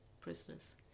prisoners